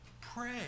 Pray